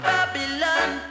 Babylon